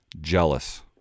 jealous